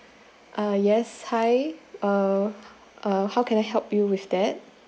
uh yes hi uh uh how can I help you with that